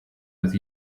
with